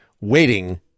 waiting